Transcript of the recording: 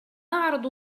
عرض